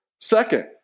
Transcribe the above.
Second